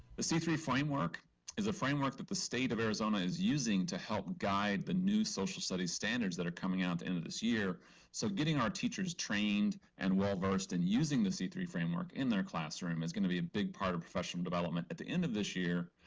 the c three framework is a framework that the state of arizona is using to help guide the new social studies standards that are coming out to end of this year so getting our teachers trained and well versed and using the c three framework in their classroom is going to be a big part of professional development at the end of this year